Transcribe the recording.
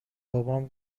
بابام